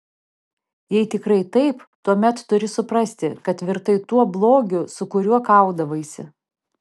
jei tikrai taip tuomet turi suprasti kad virtai tuo blogiu su kuriuo kaudavaisi